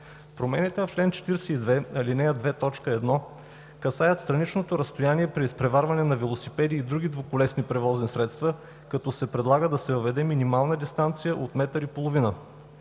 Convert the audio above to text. Промените в чл. 42, ал. 2, т. 1 касаят страничното разстояние при изпреварване на велосипеди и други двуколесни превозни средства, като се предлага да се въведе минимална дистанция от 1,5 метра.